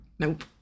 Nope